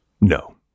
No